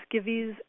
skivvies